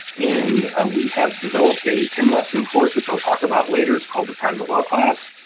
and we have developed a ten lesson course, which i'll talk about later. it's called the private well class,